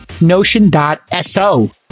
notion.so